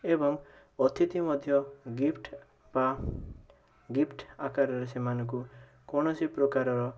ଏବଂ ଅତିଥି ମଧ୍ୟ ଗିଫ୍ଟ୍ ବା ଗିଫ୍ଟ୍ ଆକାରରେ ସେମାନଙ୍କୁ କୌଣସି ପ୍ରକାରର